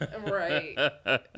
Right